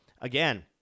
again